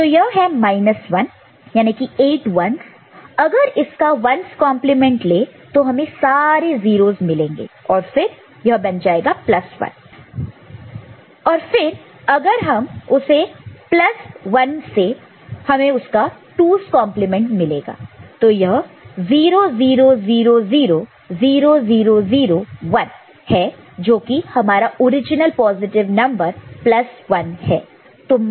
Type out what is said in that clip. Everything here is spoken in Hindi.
तो यह है 1 8 1's अगर इसका 1's कंपलीमेंट 1's complement ले तो हमें सारे 0's मिलेंगे और फिर प्लस 1 से हमें 2's कॉन्प्लीमेंट 2's complement मिलेगा तो यह 0 0 0 0 0 0 0 1 है जोकि हमारा ओरिजिनल पॉजिटिव नंबर 1 है